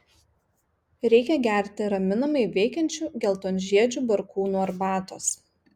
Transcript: reikia gerti raminamai veikiančių geltonžiedžių barkūnų arbatos